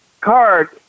card